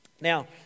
Now